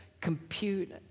compute